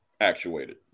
actuated